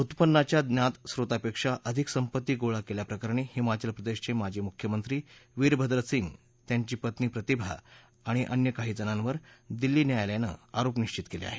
उत्पन्नाच्या ज्ञात स्रोतापेक्षा अधिक संपत्ती गोळा केल्याप्रकरणी हिमाचल प्रदेशचे माजी मुख्यमंत्री वीरभद्र सिंग त्यांची पत्नी प्रतिभा आणि अन्य काहीजणांवर दिल्ली न्यायालयाने आरोप निबित केले आहेत